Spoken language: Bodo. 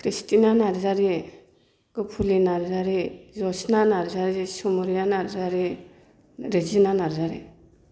Christina Narzary Gufuli Narzary Jasna Narzary Sumlia Narzary Regina Narzary